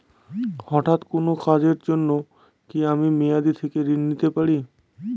হঠাৎ কোন কাজের জন্য কি আমি মেয়াদী থেকে ঋণ নিতে পারি?